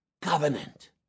covenant